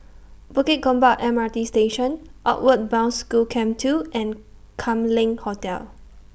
Bukit Gombak M R T Station Outward Bound School Camp two and Kam Leng Hotel